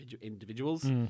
individuals